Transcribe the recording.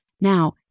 Now